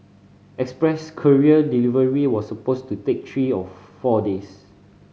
express courier delivery was supposed to take three to four days